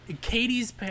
Katie's